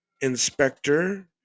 inspector